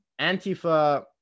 antifa